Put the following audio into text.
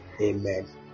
amen